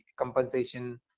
compensation